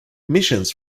missions